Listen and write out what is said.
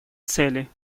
цели